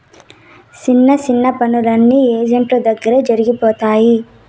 సిన్న సిన్న పనులన్నీ ఏజెంట్ల దగ్గరే జరిగిపోతాయి